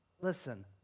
Listen